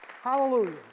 Hallelujah